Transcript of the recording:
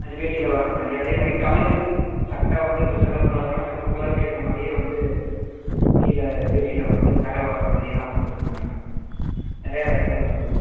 அது வேட்டியில் வர்ற மாதிரி அதே மாதிரி கலரு சட்டை வந்து இப்போ சிகப்பு கலர்னா சிகப்பு கலருக்கு ஏற்ற மாதிரியே வந்து கீழே வேட்டியில் வந்து கறை வர்ற மாதிரியெல்லாம் வந்துருக்குது மேடம் நிறையா ரகங்கள் வந்துருக்கு